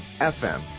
FM